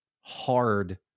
hard